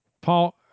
Paul